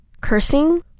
cursing